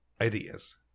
ideas